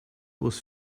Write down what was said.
was